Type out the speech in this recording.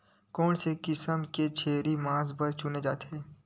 कोन से किसम के छेरी मांस बार चुने जाथे?